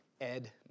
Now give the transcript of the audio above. Ed